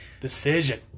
Decision